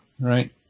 right